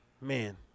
Man